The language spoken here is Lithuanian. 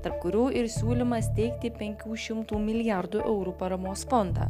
tarp kurių ir siūlymą steigti penkių šimtų milijardų eurų paramos fondą